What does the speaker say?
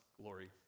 glory